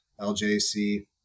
LJC